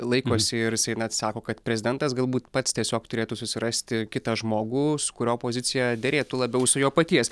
laikosi ir jisai na sako kad prezidentas galbūt pats tiesiog turėtų susirasti kitą žmogų kurio pozicija derėtų labiau su jo paties